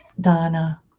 Donna